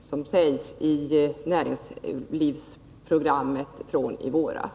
som föreslås i näringslivsprogrammet från i våras.